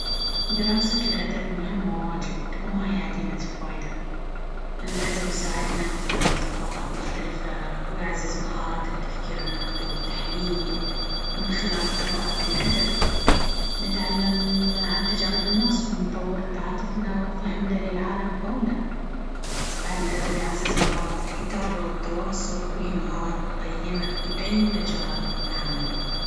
دراسة الأدب مهمة واجد وما هي عديمة الفايدة. الأدب يساعدنا نفهم ثقافات مختلفة، ويعزز مهارات التفكير النقدي والتحليل. من خلال قراءة الأدب، نتعلم عن تجارب الناس ونطور تعاطفنا وفهمنا للعالم حولنا. بعد، الأدب يعزز مهارات الكتابة والتواصل، وهي مهارات قيمة في أي مجال عمل.